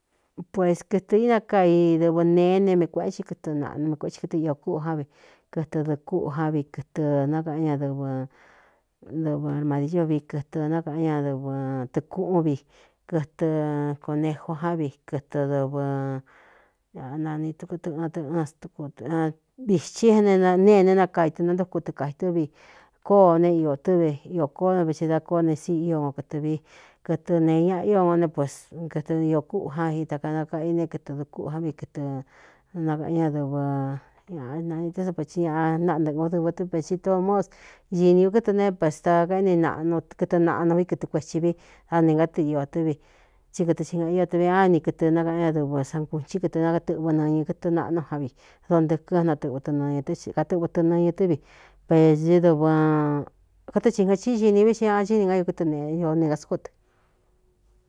Pues kɨtɨ̄ ínakai dɨvɨ neé ne mii kuēꞌetsi kɨtɨ naꞌnu mi kuēetsi kɨɨ iō kúꞌu já vi kɨtɨ dɨ̄ꞌɨkúꞌu á vi kɨtɨ nákaꞌan ñadɨvɨ dɨvɨ armadiio vi kɨtɨ nákaꞌan ñaɨvɨ tɨ̄ꞌɨkúꞌún vi kɨtɨ ko nejo á vi kɨtɨ dɨvɨ ñꞌ nani tukutɨꞌɨn ɨꞌɨn stúku vithi éne nēene nakai tu nantuku tɨ kāitɨ́vi kóó ne iō tɨ́ve iō kóó né veti dá kóo ne sii ío kon kɨtɨ vi kɨtɨ nēe ñaꞌa io kɨtɨ iō kúꞌū jan i taka nakaꞌi ne kɨtɨ dɨkúꞌu án vi kɨtɨ nakaꞌan ñadɨvɨ ñꞌanan té sapei ñaꞌ naꞌntɨk ó dɨvɨ tɨ́pesi tóomós ñīni ú kɨtɨ neé pe stakaéni kɨtɨ naꞌnu vi kɨtɨ kuēthi vi da ne kátɨ iō tɨ́ vi tsí kɨtɨ xi gān io tɨ vi áni kɨtɨ nakaꞌan ñadɨvɨ sankūchi kɨtɨ ntɨꞌvɨ nɨñɨ kɨtɨ naꞌnú já vi donte kɨn natɨꞌvɨ ɨ nñɨ katɨꞌvɨ tɨ nɨñɨ tɨ́ vi peɨ dvɨkatɨ xingachíi xi ni vi xí ñaꞌachíni gá ñu kɨtɨ neꞌe ño ne ka skó dɨ.